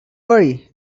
worry